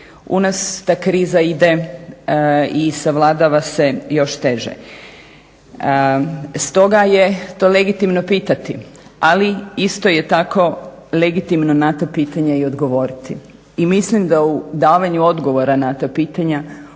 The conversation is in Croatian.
U nas ta kriza ide i savladava se još teže. Stoga je to legitimno pitati, ali isto je tako legitimno na to pitanje i odgovoriti. I mislim da u davanju odgovora na ta pitanja,